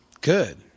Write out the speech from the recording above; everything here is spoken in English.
Good